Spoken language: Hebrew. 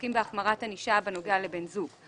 שעוסקים בהחמרת ענישה בנוגע לבן זוג.